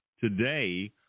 today